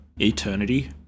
Eternity